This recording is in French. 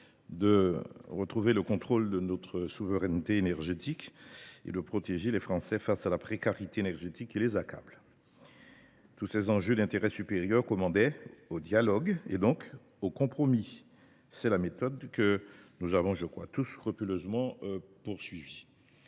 de retrouver le contrôle de notre souveraineté énergétique et de protéger les Français contre la précarité énergétique qui les accable. Tous ces enjeux d’intérêt supérieur rendaient impératifs un dialogue et donc un compromis : c’est la méthode que nous avons tous scrupuleusement appliquée.